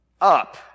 up